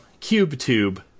CubeTube